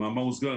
במאמר מוסגר,